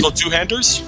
two-handers